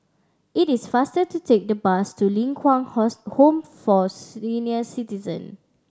it is faster to take the bus to Ling Kwang Home for Senior Citizen